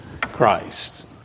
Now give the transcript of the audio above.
Christ